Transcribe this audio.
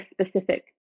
specific